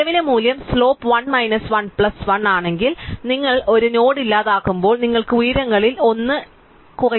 നിലവിലെ മൂല്യം slope 1 minus 1 plus 1 ആണെങ്കിൽ നിങ്ങൾ ഒരു നോഡ് ഇല്ലാതാക്കുമ്പോൾ നിങ്ങൾക്ക് ഉയരങ്ങളിൽ ഒന്ന് 1